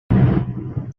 venim